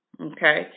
Okay